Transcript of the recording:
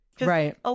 Right